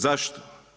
Zašto?